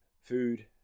Food